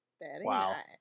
Wow